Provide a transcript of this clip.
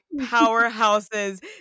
powerhouses